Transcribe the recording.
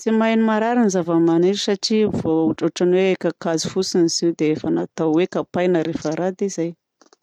Tsy maheno maharary ny zava-maniry satria vao otraon'ny hoe kakazo fotsiny izio dia efa natao hoe hokapaina rehefa raha. Dia zay!